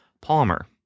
Palmer